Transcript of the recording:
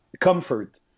comfort